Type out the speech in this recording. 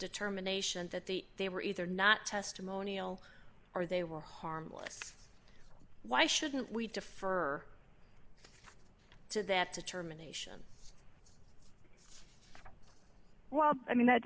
determination that the they were either not testimonial or they were harmed why shouldn't we defer to that determination well i mean that